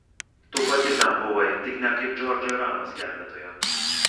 tu pati ten buvai tik ne kaip džordžo ir anos gelbėtoja